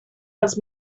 els